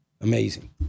Amazing